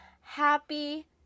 Happy